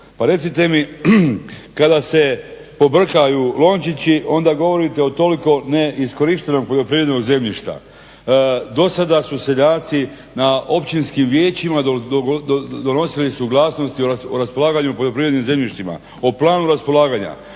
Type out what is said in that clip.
Pa recite mi kada se pobrkaju lončići onda govorite o toliko neiskorištenog poljoprivrednog zemljišta. Do sada su seljaci na općinskim vijećima donosili suglasnosti o raspolaganju poljoprivrednim zemljištima, o planu raspolaganja.